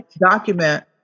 document